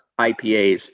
IPAs